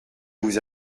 vous